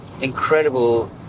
incredible